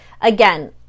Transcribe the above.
Again